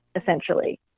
essentially